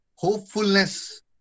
hopefulness